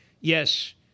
Yes